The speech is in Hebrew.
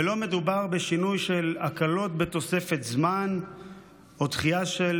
ולא מדובר בשינוי של הקלות בתוספת זמן או דחייה של